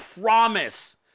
promise